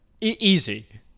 Easy